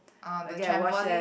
on the trampoline